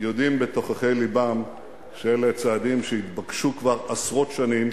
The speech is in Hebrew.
יודעים בתוככי לבם שאלה צעדים שהתבקשו כבר עשרות שנים,